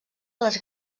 les